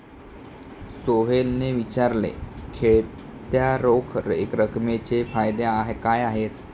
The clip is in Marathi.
सोहेलने विचारले, खेळत्या रोख रकमेचे फायदे काय आहेत?